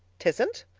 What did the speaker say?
tisn't.